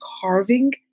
carving